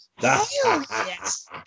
yes